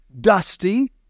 dusty